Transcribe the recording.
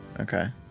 Okay